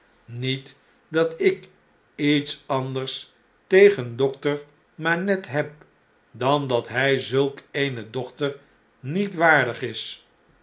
niet dat ik iets anders tegen dokter manette heb dan dat hjj zulk eene dochter niet waardig is